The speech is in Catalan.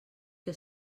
que